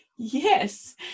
Yes